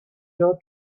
your